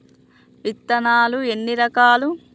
విత్తనాలు ఎన్ని రకాలు?